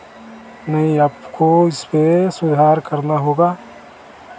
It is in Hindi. नहीं आपको इसपे सुधार करना होगा